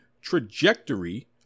trajectory